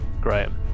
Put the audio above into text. Graham